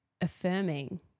affirming